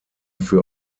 für